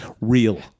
real